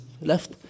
left